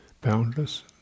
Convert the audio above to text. boundless